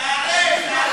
שתעלה, שתעלה.